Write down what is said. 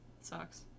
sucks